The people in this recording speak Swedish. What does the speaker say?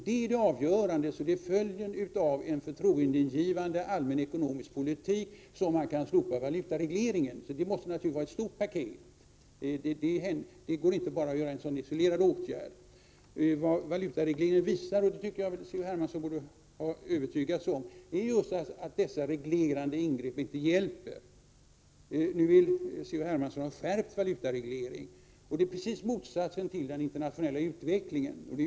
Det avgörande är alltså att följden av en förtroendeingivande allmän ekonomisk politik gör att man kan slopa valutaregleringen. Det måste handla om ett stort paket. Det går inte att bara vidta en isolerad åtgärd. Vad valutaregleringen visar, och det tycker jag att C.-H. Hermansson borde ha övertygats om, är just att dessa reglerande ingrepp inte hjälper. Nu vill C.-H. Hermansson ha en skärpt valutareglering. Det är precis motsatsen till den internationella utvecklingen.